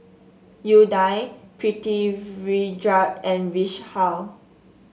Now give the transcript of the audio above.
Udai Pritiviraj and Vishal